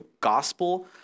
gospel